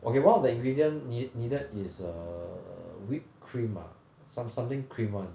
okay one of the ingredient need needed is err whipped cream ah some something cream one